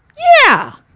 yeah!